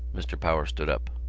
mr. power stood up.